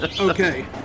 okay